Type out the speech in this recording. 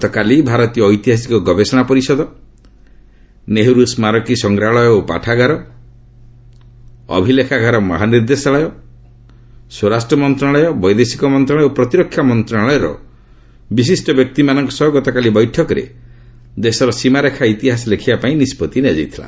ଗତକାଲି ଭାରତୀୟ ଐତିହାସିକ ଗବେଷଣା ପରିଷଦ ନେହେରୁ ସ୍କାରକୀ ସଂଗ୍ରହାଳୟ ଓ ପାଠାଗାର ଅଭିଲେଖାଗାର ମହାନିର୍ଦ୍ଦେଶାଳୟ ସ୍ୱରାଷ୍ଟ୍ର ମନ୍ତ୍ରଣାଳୟ ବୈଦେଶିକ ମନ୍ତ୍ରଣାଳୟ ଓ ପ୍ରତିରକ୍ଷା ମନ୍ତ୍ରଣାଳୟର ବିଶିଷ୍ଟ ବ୍ୟକ୍ତିମାନଙ୍କ ସହ ଗତକାଲି ବୈଠକବେଳେ ଦେଶର ସୀମାରେଖା ଇତିହାସ ଲେଖିବାପାଇଁ ନିଷ୍କଭି ନିଆଯାଇଥିଲା